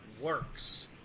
works